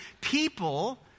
people